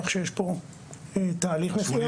כך שיש פה תהליך מסוים.